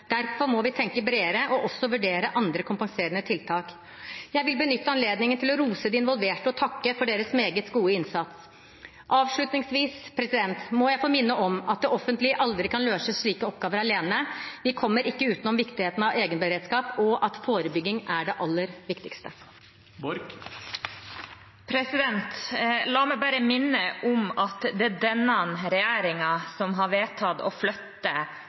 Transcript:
Derfor må vi tenke bredere og også vurdere andre, kompenserende tiltak. Jeg vil benytte anledningen til å rose de involverte og takke for deres meget gode innsats. Avslutningsvis må jeg få minne om at det offentlige aldri kan løse slike oppgaver alene. Vi kommer ikke utenom viktigheten av egenberedskap og at forebygging er det aller viktigste. La meg bare minne om at det er denne regjeringen som har fått vedtatt å flytte